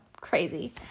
Crazy